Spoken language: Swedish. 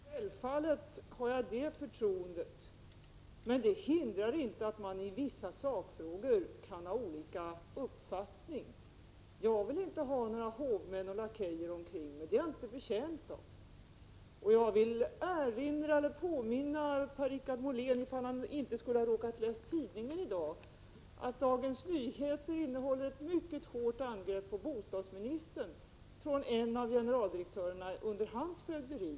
Herr talman! Självfallet har jag det förtroendet, men det hindrar inte att vi i vissa sakfrågor kan ha olika uppfattningar. Jag vill inte ha några hovmän och lakejer omkring mig. Det är jag inte betjänt av. Om Per-Richard Molén inte har läst tidningen i dag vill jag påpeka för honom att Dagens Nyheter i dag innehåller ett mycket hårt angrepp på bostadsministern från en av generaldirektörerna under hans fögderi.